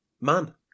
man